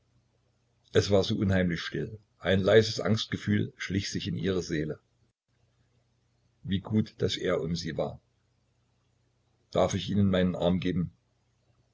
es war so unheimlich still ein leises angstgefühl schlich sich in ihre seele wie gut daß er um sie war darf ich ihnen meinen arm geben